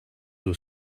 were